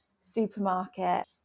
supermarket